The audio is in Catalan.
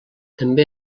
també